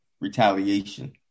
retaliation